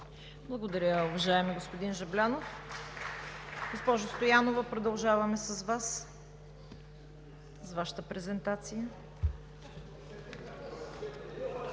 Благодаря Ви, уважаеми господин Жаблянов. Госпожо Стоянова, продължаваме с Вашата презентация.